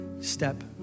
step